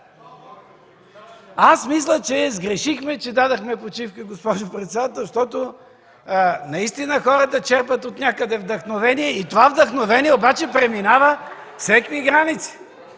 Виждам, че сгрешихме, като дадохме почивка, госпожо председател, защото наистина хората черпят отнякъде вдъхновение. Това вдъхновение обаче преминава всякакви граници!